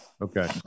Okay